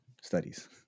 studies